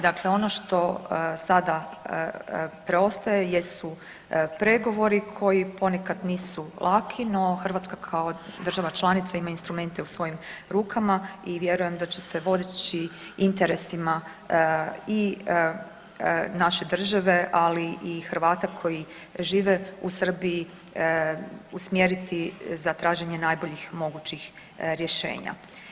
Dakle, ono što sada preostaje jesu pregovori koji ponekad nisu laki, no Hrvatska kao država članica ima instrumente u svojim rukama i vjerujem da će se vodeći interesima i naše države, ali i Hrvata koji žive u Srbiji usmjeriti za traženje najboljih mogućih rješenja.